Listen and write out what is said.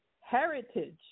heritage